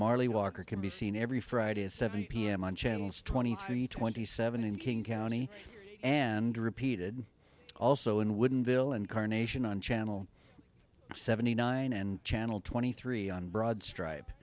marley walker can be seen every friday at seven pm on channels twenty three twenty seven in king county and repeated also in wooden ville incarnation on channel seventy nine and channel twenty three on broad stripe